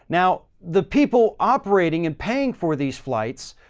now, the people operating and paying for these flights,